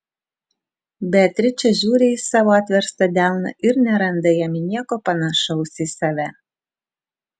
beatričė žiūri į savo atverstą delną ir neranda jame nieko panašaus į save